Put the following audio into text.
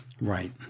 Right